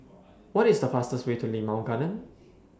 What IS The fastest Way to Limau Garden